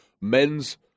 men's